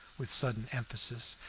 with sudden emphasis.